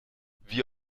wie